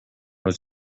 was